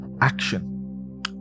action